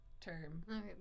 term